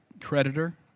creditor